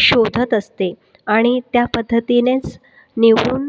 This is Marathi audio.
शोधत असते आणि त्या पद्धतीनेच निहून